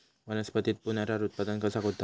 वनस्पतीत पुनरुत्पादन कसा होता?